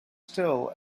still